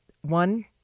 one